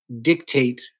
dictate